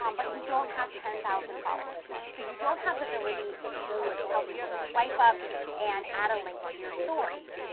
um but you don't have ten zero followers, so you don't have the ability to tell people to swipe up and add a link to your stories.